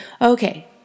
Okay